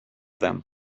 them